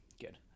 Good